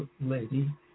lady